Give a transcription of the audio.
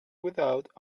without